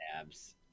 ABS